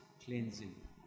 cleansing